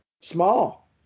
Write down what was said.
small